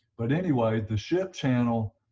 but anyway the ship channel